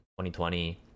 2020